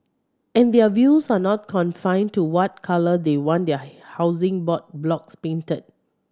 and their views are not confined to what colour they want their Housing Board blocks painted